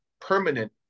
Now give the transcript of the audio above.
permanent